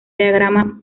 diagrama